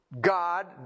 God